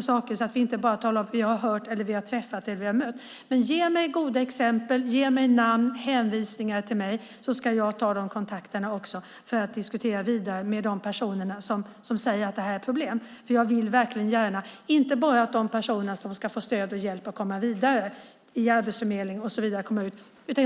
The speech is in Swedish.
så att vi inte bara talar om saker vi har hört om, har träffat på eller har mött. Ge mig goda exempel, namn och hänvisningar till mig så ska jag ta de kontakterna och diskutera vidare med dem som säger att det är ett problem. Det handlar inte bara om att de personerna ska få stöd och hjälp att komma vidare i Arbetsförmedlingen och så vidare och komma ut på arbetsmarknaden.